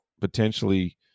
potentially